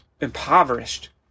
impoverished